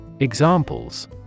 Examples